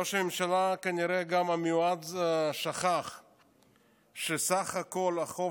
ראש הממשלה המיועד גם שכח כנראה שהחוב